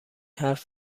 حرف